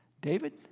David